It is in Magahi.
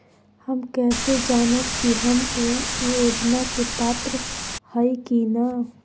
हम कैसे जानब की हम ऊ योजना के पात्र हई की न?